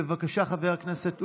בבקשה, חבר הכנסת עודה.